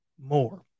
more